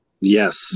yes